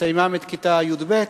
בסיימם את כיתה י"ב,